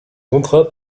contrat